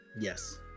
Yes